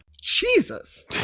Jesus